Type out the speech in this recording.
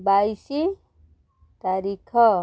ବାଇଶି ତାରିଖ